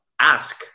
ask